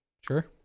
sure